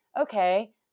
okay